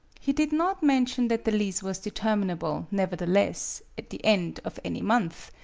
he did not mention that the lease was determinable, nevertheless, at the end of any month,